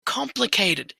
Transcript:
complicated